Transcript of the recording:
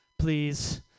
please